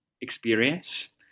experience